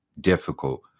difficult